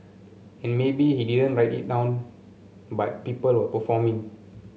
and maybe he didn't write it down but people were performing